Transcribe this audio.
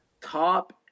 top